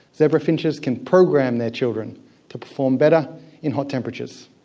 zebra finches can program their children to perform better in hot temperatures.